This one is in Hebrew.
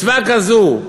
מצווה כזו,